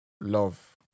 love